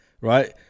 Right